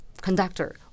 conductor